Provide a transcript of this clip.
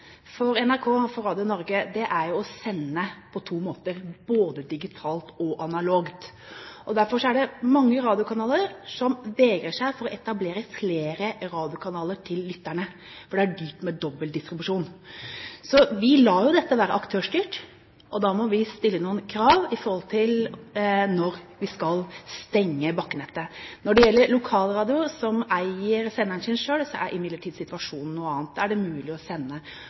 for NRK og for Radio Norge, er jo å sende på to måter, både digitalt og analogt. Derfor er det mange radiokanaler som vegrer seg for å etablere flere radiokanaler til lytterne, for det er dyrt med dobbel distribusjon. Så vi lar jo dette være aktørstyrt, og da må vi stille noen krav i forhold til når vi skal stenge bakkenettet. Når det gjelder lokalradioer som eier senderen sin selv, er imidlertid situasjonen noe annet. Da er det mulig å sende